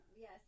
Yes